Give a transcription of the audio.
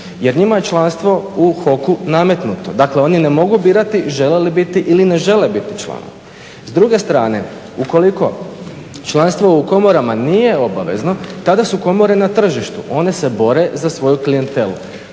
jer njima je članstvo u HOK-u nametnuto, dakle oni ne mogu birati žele li biti ili ne žele biti članovi. S druge strane ukoliko članstvo u komorama nije obavezno tada su komore na tržištu one se bore za svoju klijentelu.